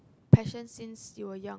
passion since you were young